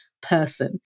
person